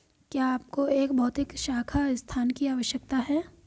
क्या आपको एक भौतिक शाखा स्थान की आवश्यकता है?